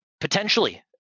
potentially